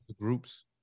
groups